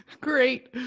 Great